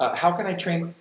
ah how can i train